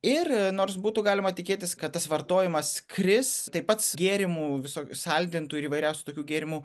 ir nors būtų galima tikėtis kad tas vartojimas kris tai pats gėrimų visokių saldintų ir įvairiausių tokių gėrimų